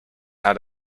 had